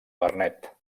vernet